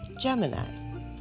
Gemini